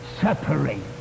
separate